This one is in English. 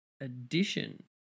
addition